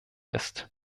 ist